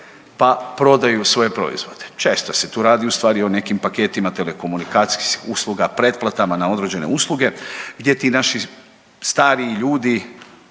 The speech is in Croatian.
pa prodaju svoje proizvode. Često se tu radi ustvari o nekim paketima telekomunikacijskih usluga, pretplatama na određene usluge gdje ti naši stariji ljudi